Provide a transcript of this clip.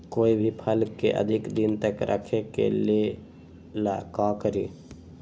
कोई भी फल के अधिक दिन तक रखे के ले ल का करी?